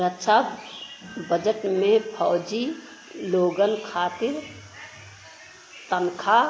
रक्षा budget में फौजी लोगन खातिर तनखा